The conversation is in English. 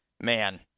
man